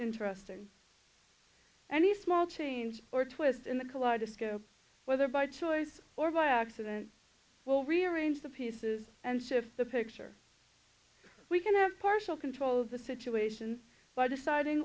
interesting any small change or twist in the kaleidoscope whether by choice or by accident or rearrange the pieces and shift the picture we can have partial control of the situations by deciding